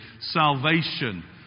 salvation